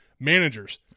managers